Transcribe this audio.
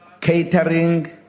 catering